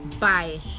Bye